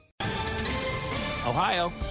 Ohio